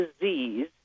disease